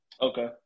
okay